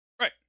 Right